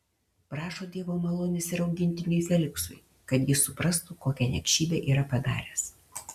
prašo dievo malonės ir augintiniui feliksui kad jis suprastų kokią niekšybę yra padaręs